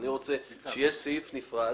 אני רוצה שיהיה סעיף נפרד